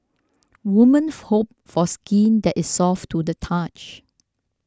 women hope for skin that is soft to the touch